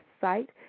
site